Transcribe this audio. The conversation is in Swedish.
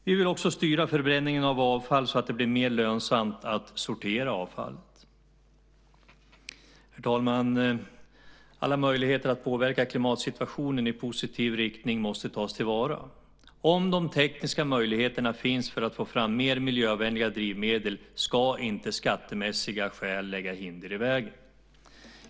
Vi vill också styra förbränningen av avfall så att det blir mer lönsamt att sortera det. Herr talman! Alla möjligheter att påverka klimatsituationen i positiv riktning måste tas till vara. Om de tekniska möjligheterna finns för att få fram mer miljövänliga drivmedel ska inte skattemässiga skäl lägga hinder i vägen.